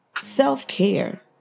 self-care